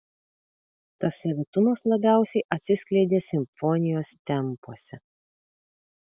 tas savitumas labiausiai atsiskleidė simfonijos tempuose